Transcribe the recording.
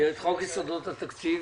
את חוק יסודות התקציב?